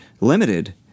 limited